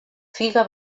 figa